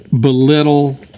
belittle